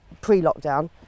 pre-lockdown